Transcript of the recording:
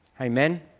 Amen